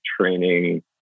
training